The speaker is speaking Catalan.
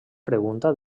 pregunta